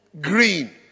green